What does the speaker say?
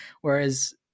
whereas